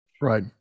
Right